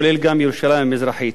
כולל גם ירושלים המזרחית.